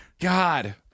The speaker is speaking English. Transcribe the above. God